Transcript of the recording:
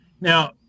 Now